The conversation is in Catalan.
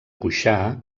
cuixà